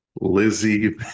Lizzie